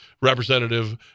representative